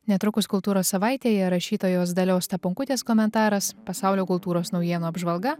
netrukus kultūros savaitėje rašytojos dalios staponkutės komentaras pasaulio kultūros naujienų apžvalga